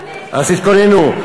אז תתכוננו.